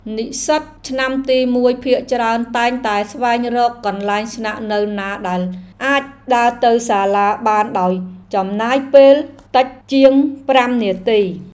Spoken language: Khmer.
និស្សិតឆ្នាំទីមួយភាគច្រើនតែងតែស្វែងរកកន្លែងស្នាក់នៅណាដែលអាចដើរទៅសាលាបានដោយចំណាយពេលតិចជាងប្រាំនាទី។